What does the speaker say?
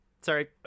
sorry